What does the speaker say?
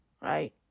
right